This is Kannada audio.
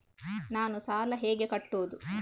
ನಾನು ಸಾಲ ಹೇಗೆ ಕಟ್ಟುವುದು?